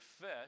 fish